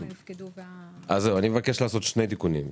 אני מבקש לעשות שני תיקונים.